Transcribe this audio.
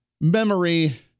memory